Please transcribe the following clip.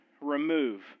remove